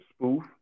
spoof